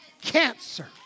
cancer